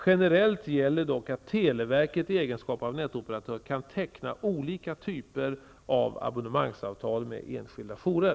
Generellt gäller dock att televerket i egenskap av nätoperatör kan teckna olika typer av abonnemangsavtal med enskilda jourer.